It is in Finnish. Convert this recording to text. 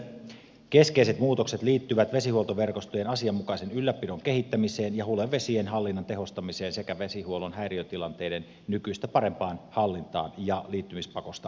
lakiehdotuksen keskeiset muutokset liittyvät vesihuoltoverkostojen asianmukaisen ylläpidon kehittämiseen ja hulevesien hallinnan tehostamiseen sekä vesihuollon häiriötilanteiden nykyistä parempaan hallintaan ja liittymispakosta vapauttamiseen